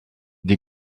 des